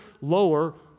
lower